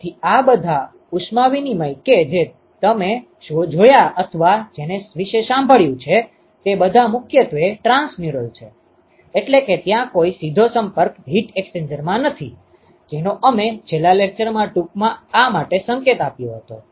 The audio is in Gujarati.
તેથી બધા ઉષ્મા વિનીમય કે જે તમે જોયા અથવા જેને વિશે સાંભળ્યું છે તે બધા મુખ્યત્વે ટ્રાંસમ્યુરલ છે એટલે કે ત્યાં કોઈ સીધો સંપર્ક હીટ એક્સ્ચેન્જરમાં નથી જેનો અમે છેલ્લા લેક્ચરમાં ટૂંકમાં આ માટે સંકેત આપ્યો હતો